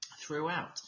throughout